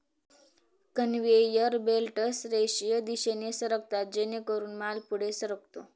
conveyor belts रेषीय दिशेने सरकतात जेणेकरून माल पुढे सरकतो